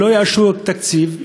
ולא יאשרו תקציב,